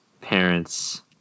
parents